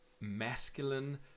masculine